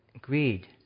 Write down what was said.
greed